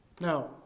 Now